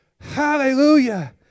Hallelujah